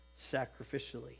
sacrificially